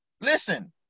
Listen